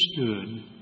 understood